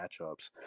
matchups